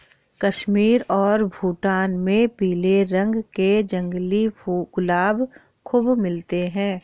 कश्मीर और भूटान में पीले रंग के जंगली गुलाब खूब मिलते हैं